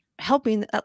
helping